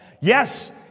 Yes